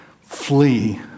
flee